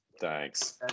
Thanks